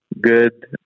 good